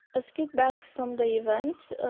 as feedback from the events,